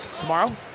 Tomorrow